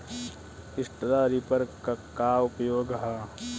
Straw reaper क का उपयोग ह?